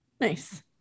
Nice